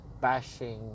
bashing